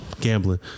Gambling